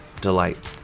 delight